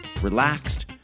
relaxed